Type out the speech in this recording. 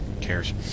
cares